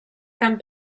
come